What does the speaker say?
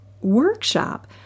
workshop